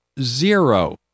zero